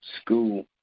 school